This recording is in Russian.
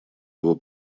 его